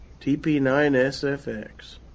TP9SFX